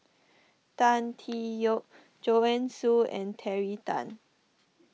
Tan Tee Yoke Joanne Soo and Terry Tan